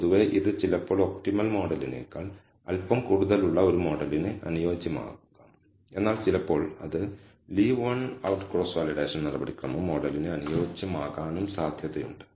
പൊതുവേ ഇത് ചിലപ്പോൾ ഒപ്റ്റിമൽ മോഡലിനേക്കാൾ അൽപ്പം കൂടുതലുള്ള ഒരു മോഡലിന് അനുയോജ്യമാകാം എന്നാൽ ചിലപ്പോൾ അത് leave one out cross validation നടപടിക്രമം മോഡലിന് അനുയോജ്യമാകാനും സാധ്യതയുണ്ട്